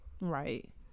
right